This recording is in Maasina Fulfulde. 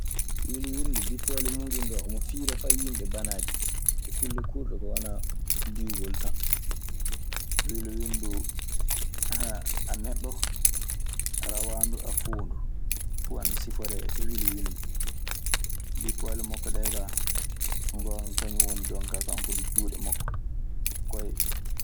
Wilwilndu, bippoole muuɗun ɗee, omo fiira fay yimɓe banaaje. E kulle kuurɗe ko wanaa diwgol tan. Wilwilndu a neɗɗo, a rawaandu, a foondu. Fuu ana siforee e wilwilndu. Bippoole makko ɗee kaa, so ngoonga, kañun woni jon kaa kanko duu juuɗe makko e koyɗe.